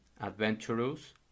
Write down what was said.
adventurous